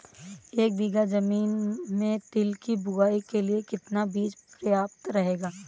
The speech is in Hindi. एक बीघा ज़मीन में तिल की बुआई के लिए कितना बीज प्रयाप्त रहेगा?